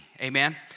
Amen